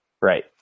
Right